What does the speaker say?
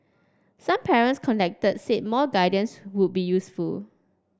some parents contacted said more guidance would be useful